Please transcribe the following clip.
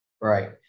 Right